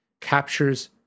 captures